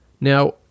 Now